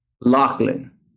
Lachlan